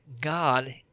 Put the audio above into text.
God